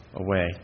away